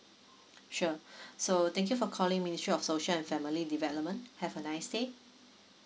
sure so thank you for calling ministry of social and family development have a nice day